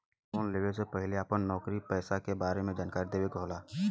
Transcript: Loan लेवे से पहिले अपना नौकरी पेसा के बारे मे जानकारी देवे के होला?